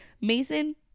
Mason